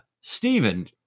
Stephen